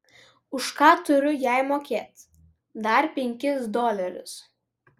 už ką turiu jai mokėt dar penkis dolerius